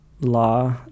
law